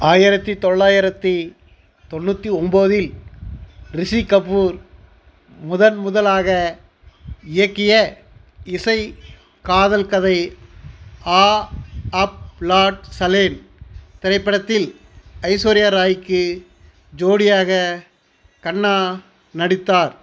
ஆயிரத்தி தொள்ளாயிரத்தி தொண்ணூற்றி ஒம்போதில் ரிஷி கபூர் முதன் முதலாக இயக்கிய இசை காதல்கதை ஆ ஆப் லாட் சலேன் திரைப்படத்தில் ஐஸ்வர்யா ராய்க்கு ஜோடியாக கண்ணா நடித்தார்